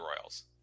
Royals